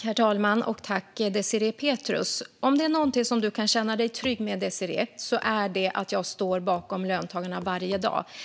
Herr talman! Om det är någonting som du kan känna dig trygg med, Désirée, är det att jag står bakom löntagarna varje dag.